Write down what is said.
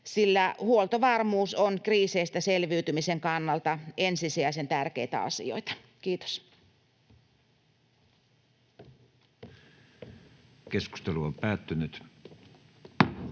sillä huoltovarmuus on kriiseistä selviytymisen kannalta ensisijaisen tärkeitä asioita. — Kiitos. Ainoaan käsittelyyn